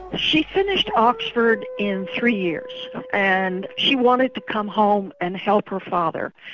ah she finished oxford in three years and she wanted to come home and help her father,